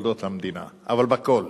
בתולדות המדינה, אבל בכול,